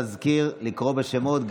לאפשר למזכיר לקרוא בשמות,